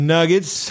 Nuggets